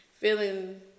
Feeling